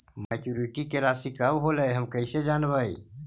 Maturity के रासि कब होलै हम कैसे जानबै?